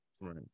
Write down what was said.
Right